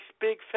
big